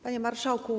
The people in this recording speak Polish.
Panie Marszałku!